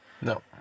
No